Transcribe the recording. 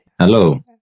Hello